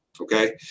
Okay